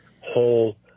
whole